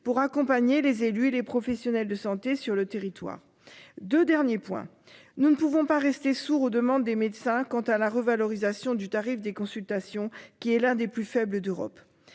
pour accompagner les élus et les professionnels de santé sur le territoire de dernier point nous ne pouvons pas rester sourd aux demandes des médecins quant à la revalorisation du tarif des consultations qui est l'un des plus faibles d'Europe.